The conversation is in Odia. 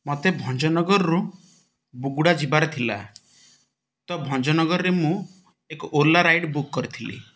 ମୋତେ ଭଞ୍ଜନଗରରୁ ବୁଗୁଡ଼ା ଯିବାରେ ଥିଲା ତ ଭଞ୍ଜନଗରରେ ମୁଁ ଏକ ଓଲା ରାଇଡ଼ ବୁକ୍ କରିଥିଲି